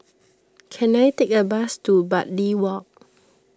can I take a bus to Bartley Walk